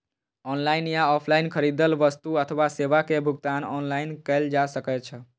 online या offline खरीदल वस्तु अथवा सेवा के भुगतान ऑनलाइन कैल जा सकैछ